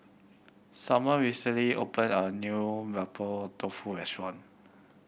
Sommer recently opened a new Mapo Tofu restaurant